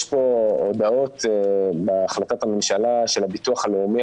יש כאן הודעות בהחלטת הממשלה של הביטוח הלאומי